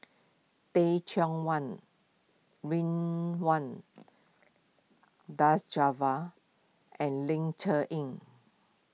Teh Cheang Wan and Ling Cher Eng